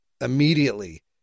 immediately